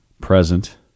present